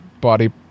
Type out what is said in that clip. body